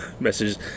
Messages